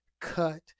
cut